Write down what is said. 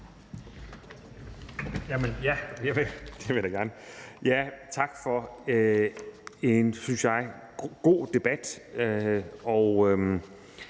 Ja, det vil jeg da gerne. Tak for en, synes jeg, god debat.